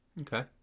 Okay